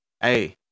Hey